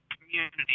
community